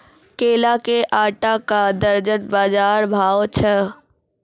केला के आटा का दर्जन बाजार भाव छ?